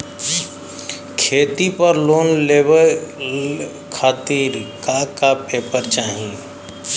खेत पर लोन लेवल खातिर का का पेपर चाही?